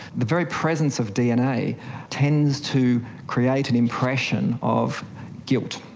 the very presence of dna tends to create an impression of guilt,